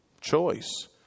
choice